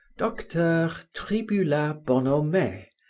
dr. tribulat bonhomet,